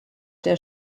der